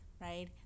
right